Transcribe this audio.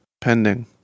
pending